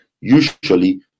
usually